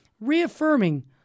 reaffirming—